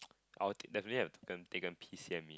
I'll take definitely have taken taken P_C_M